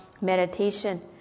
meditation